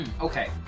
Okay